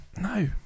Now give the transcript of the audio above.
no